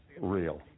real